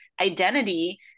identity